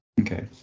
Okay